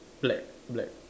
black black